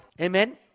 Amen